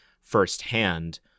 firsthand